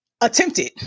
attempted